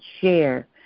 share